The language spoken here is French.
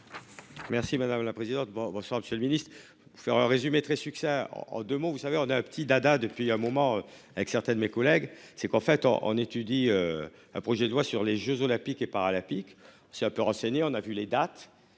Merci madame la présidente, bonsoir Monsieur le Ministre, vous faire un résumé très succinct en 2 mots. Vous savez on a un petit dada depuis un moment avec certains de mes collègues, c'est qu'en fait on étudie. Un projet de loi sur les jeux olympiques et paralympiques un peu renseigné, on a vu les dates